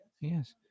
Yes